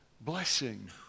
Blessing